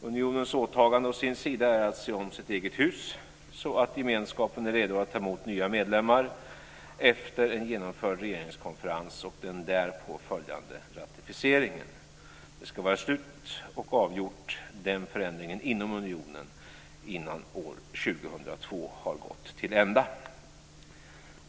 Unionens åtagande å sin sida är att se om sitt eget hus, så att gemenskapen är redo att ta emot nya medlemmar efter en genomförd regeringskonferens och den därpå följande ratificeringen. Den förändringen inom unionen ska vara avgjord innan år 2002 har gått till ända.